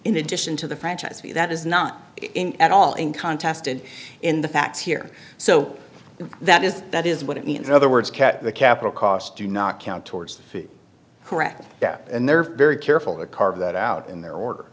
in addition to the franchise fee that is not at all in contest and in the facts here so that is that is what it means in other words cat the capital costs do not count towards correct and they're very careful to carve that out in their or